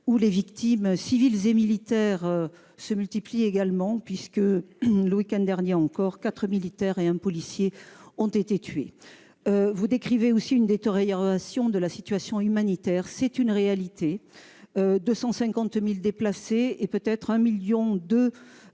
les victimes civiles et militaires se multiplient également puisque, le week-end dernier encore, quatre militaires et un policier ont été tués. Vous décrivez aussi une détérioration de la situation humanitaire. C'est une réalité : on dénombre 250 000 déplacés et, peut-être, 1,2 million de